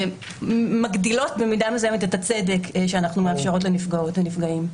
ומגדילות במידה מסוימת את הצדק שאנחנו מאפשרות לנפגעות ונפגעים.